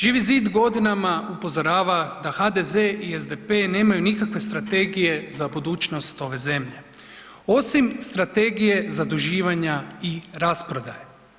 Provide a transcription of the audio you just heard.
zid godinama upozorava da HDZ i SDP nemaju nikakve strategije za budućnost ove zemlje, osim strategije zaduživanja i rasprodaje.